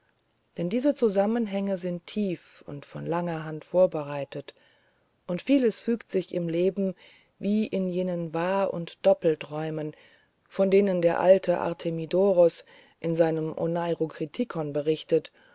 denn diese zusammenhänge sind tief und von langer hand vorbereitet und vieles fügt sich im leben wie in jenen wahr und doppelträumen von denen der alte artemidoros in seinem oneirokritikon berichtet